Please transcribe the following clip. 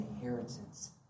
inheritance